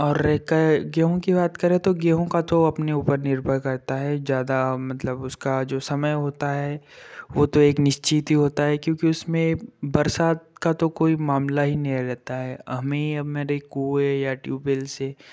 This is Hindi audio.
और एक गेहूँ की बात करें तो गेहूँ का तो अपने ऊपर निर्भर करता है ज़्यादा मतलब उसका जो समय होता है वो तो एक निश्चित ही होता है क्योंकि उसमें बरसात का तो कोई मामला ही नहीं रहता है हमें अब मेरे कुँए या ट्यूबवेल से